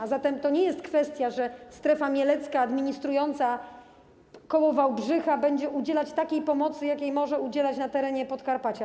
A zatem to nie jest kwestia tego, że strefa mielecka administrująca koło Wałbrzycha będzie udzielać takiej pomocy, jakiej może udzielać na terenie Podkarpacia.